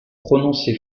prononcé